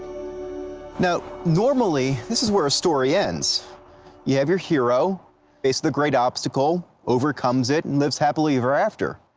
you know normally this is where a story ends you have your hero face the great obstacle, over comes it, and lives happily ever after.